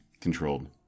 controlled